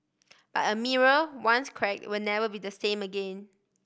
but a mirror once crack will never be the same again